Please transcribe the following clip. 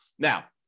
Now